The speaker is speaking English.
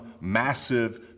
massive